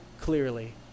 clearly